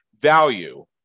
value